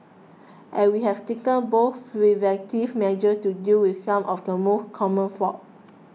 and we have taken both preventive measures to deal with some of the most common faults